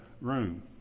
room